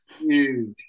Huge